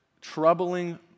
troubling